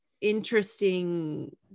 interesting